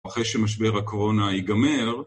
אחרי שמשבר הקורונה ייגמר.